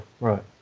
right